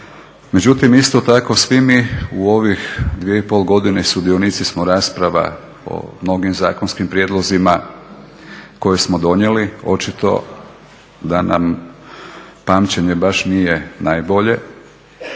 Međutim isto tako svi mi u ovih 2,5 godine sudionici smo rasprava o mnogim zakonskim prijedlozima koje smo donijeli očito da nam pamćenje baš nije najbolje,